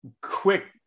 quick